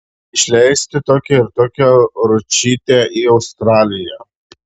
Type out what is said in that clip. išleisti tokią ir tokią ručytę į australiją